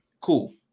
cool